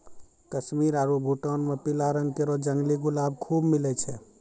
कश्मीर आरु भूटान म पीला रंग केरो जंगली गुलाब खूब मिलै छै